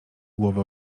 głowy